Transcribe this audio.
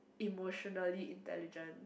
emotionally intelligent